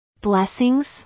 Blessings